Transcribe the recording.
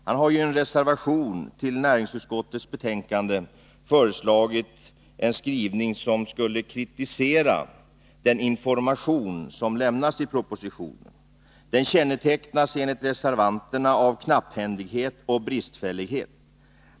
Han har i en reservation till näringsutskottets betänkande föreslagit en skrivning som skulle kritisera den information som lämnas i propositionen. Informationen kännetecknas enligt reservanterna av knapphändighet och bristfällighet.